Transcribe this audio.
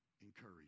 Encourage